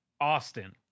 Austin